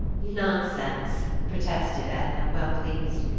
nonsense! protested edna, well pleased.